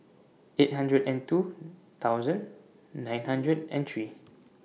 eight hundred and two thousand nine hundred and three